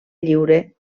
lliure